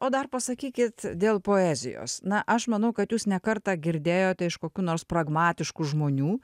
o dar pasakykit dėl poezijos na aš manau kad jūs ne kartą girdėjote iš kokių nors pragmatiškų žmonių